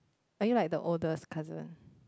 are you like the oldest cousin